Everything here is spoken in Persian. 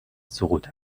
سقوط